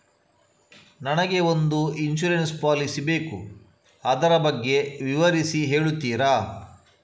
ನನಗೆ ಒಂದು insurance policy ಬೇಕು ಅದರ ಬಗ್ಗೆ ವಿವರಿಸಿ ಹೇಳುತ್ತೀರಾ?